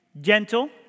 Gentle